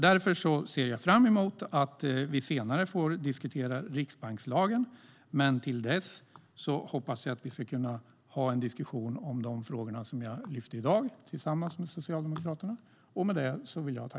Därför ser jag fram emot att vi senare får diskutera riksbankslagen, men till dess hoppas jag att vi ska kunna ha en diskussion om de frågor som jag lyfte i dag tillsammans med Socialdemokraterna.